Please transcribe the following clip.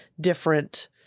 different